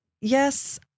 yes